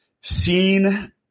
seen